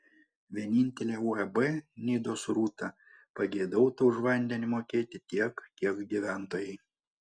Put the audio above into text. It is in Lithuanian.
vienintelė uab nidos rūta pageidautų už vandenį mokėti tiek kiek gyventojai